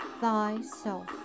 thyself